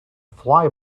fly